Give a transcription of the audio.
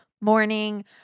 morning